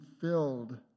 filled